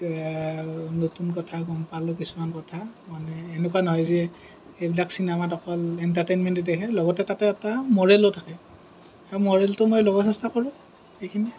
নতুন কথা গম পালোঁ কিছুমান কথা মানে এনেকুৱা নহয় যে এইবিলাক চিনেমাত অকল এণ্টাৰটেইনমেণ্টহে দিয়ে লগতে তাতে এটা মৰেলো থাকে সেই মৰেলটো মই ল'ব চেষ্টা কৰোঁ সেইখিনিয়ে